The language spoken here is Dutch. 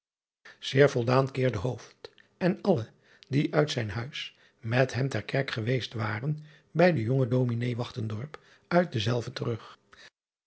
eer voldaan keerde en alle die uit zijn huis met hem ter kerk geweest waren bij den jongen s uit dezelve terug